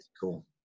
Cool